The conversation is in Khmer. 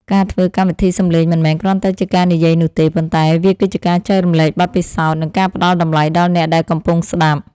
ការធ្វើកម្មវិធីសំឡេងមិនមែនគ្រាន់តែជាការនិយាយនោះទេប៉ុន្តែវាគឺជាការចែករំលែកបទពិសោធន៍ និងការផ្តល់តម្លៃដល់អ្នកដែលកំពុងស្តាប់។